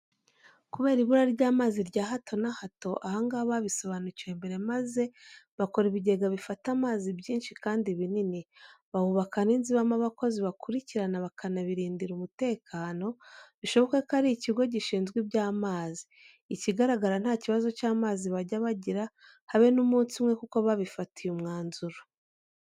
Kubera ibura ry'amazi rya hato na hato, aha ngaha babisobanukiwe mbere maze bakora ibigega bifata amazi byinshi kandi binini, bahubaka n'inzu ibamo abakozi bakurikirana bakanabirindira umutekano, bishoboke ko ari ikigo gishinzwe iby'amazi. Ikigaragara nta kibazo cy'amazi bajya bagira habe n'umunsi umwe kuko babifatiye umwanzuro.